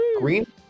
Green